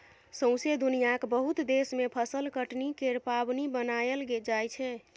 सौसें दुनियाँक बहुत देश मे फसल कटनी केर पाबनि मनाएल जाइ छै